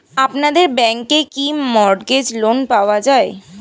আপনাদের ব্যাংকে কি মর্টগেজ লোন পাওয়া যায়?